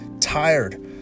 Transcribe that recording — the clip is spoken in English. tired